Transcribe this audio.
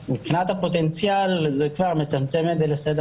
אז מבחינת הפוטנציאל זה כבר מצמצם את זה לסדר